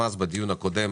בדיון הקודם